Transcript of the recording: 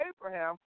Abraham